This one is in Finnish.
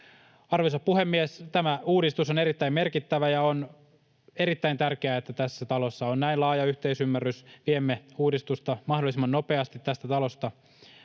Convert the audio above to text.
Arvoisa puhemies! Tämä uudistus on erittäin merkittävä, ja on erittäin tärkeää, että tässä talossa on näin laaja yhteisymmärrys. Viemme uudistusta mahdollisimman nopeasti tästä talosta